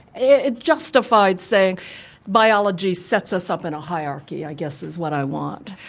it justified saying biology sets us up in a hierarchy, i guess, is what i want,